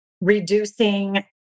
reducing